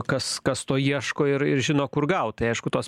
kas kas to ieško ir ir žino kur gaut tai aišku tos